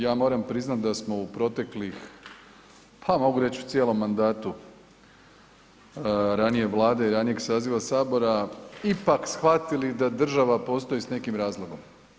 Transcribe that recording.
Ja moram priznati da smo u proteklih, pa mogu reći u cijelom mandatu ranije Vlade i ranijeg saziva Sabora ipak shvatili da država postoji s nekim razlogom.